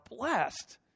blessed